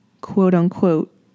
quote-unquote